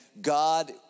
God